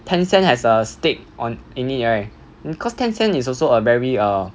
Tencent has a stake on in it right because Tencent is also a very err